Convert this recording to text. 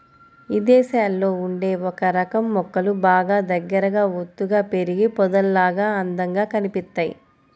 ఇదేశాల్లో ఉండే ఒకరకం మొక్కలు బాగా దగ్గరగా ఒత్తుగా పెరిగి పొదల్లాగా అందంగా కనిపిత్తయ్